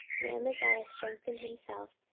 and amaziah strengthened himself,